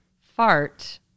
fart